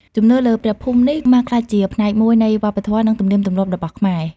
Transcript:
ជំនឿលើព្រះភូមិនេះបានក្លាយជាផ្នែកមួយនៃវប្បធម៌ និងទំនៀមទម្លាប់របស់ខ្មែរ។